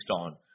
on